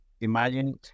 imagine